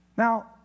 Now